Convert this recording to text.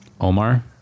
Omar